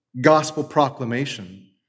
gospel-proclamation